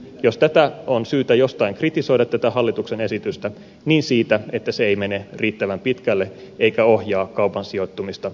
jos tätä hallituksen esitystä on jostain syytä kritisoida niin siitä että se ei mene riittävän pitkälle eikä ohjaa kaupan sijoittumista riittävän paljon